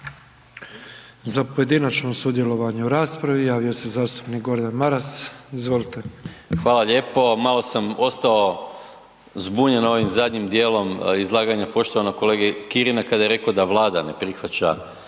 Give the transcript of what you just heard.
Za pojedinačno sudjelovanje u raspravi javio se zastupnik Gordan Maras. Izvolite. **Maras, Gordan (SDP)** Hvala lijepo. Malo sam ostao zbunjen ovim zadnjim dijelom izlaganja poštovanog kolege Kirina kada je rekao da Vlada ne prihvaća